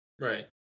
Right